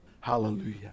Hallelujah